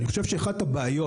אחת הבעיות,